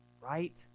right